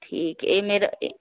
ਠੀਕ ਇਹ ਮੇਰਾ ਇਹ